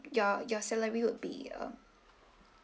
your your salary would be um